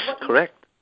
correct